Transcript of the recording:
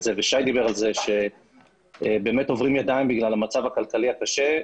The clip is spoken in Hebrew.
זה וגם שי דיבר על זה כשהם עוברים ידיים בגלל המצב הכלכלי הקשה.